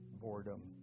boredom